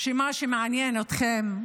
שמה שמעניין אתכם,